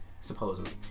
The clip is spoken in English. Supposedly